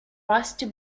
rusty